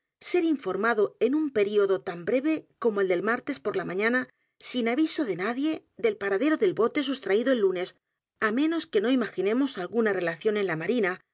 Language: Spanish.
ser informado en un período tan breve como el del martes por la mañana sin aviso de el misterio de maría rogét nadie del paradero del bote sustraído el lunes á m e nos que no imaginemos a l g u n a relación en la marina